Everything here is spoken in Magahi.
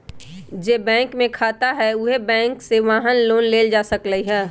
जे बैंक में खाता हए उहे बैंक से वाहन लोन लेल जा सकलई ह